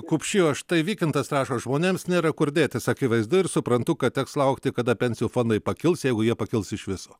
kupšy o štai vykintas rašo žmonėms nėra kur dėtis akivaizdu ir suprantu kad teks laukti kada pensijų fondai pakils jeigu jie pakils iš viso